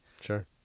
Sure